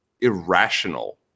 irrational